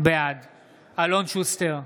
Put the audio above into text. בעד אלון שוסטר,